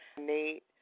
Nate